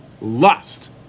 lust